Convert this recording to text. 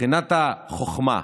מבחינת החוכמה,